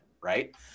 right